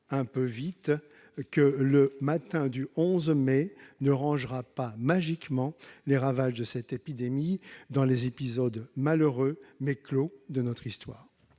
un peu vite que le matin du 11 mai ne rangera pas magiquement les ravages de cette épidémie dans les épisodes malheureux, mais clos, de notre histoire